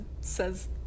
says